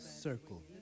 circle